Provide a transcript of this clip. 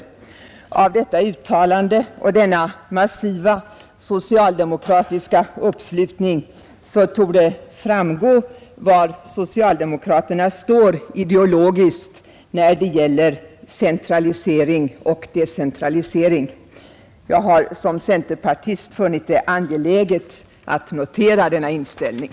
Av detta uttalande och denna massiva socialdemokratiska uppslutning torde framgå var socialdemokraterna står ideologiskt när det gäller centralisering och decentralisering. Jag har som centerpartist funnit det angeläget att notera denna inställning.